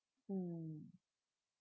mm